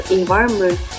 environment